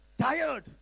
tired